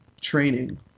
training